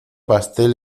pastel